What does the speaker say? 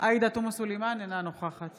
עאידה תומא סלימאן, אינה נוכחת